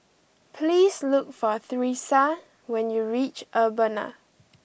please look for Thresa when you reach Urbana